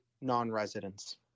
non-residents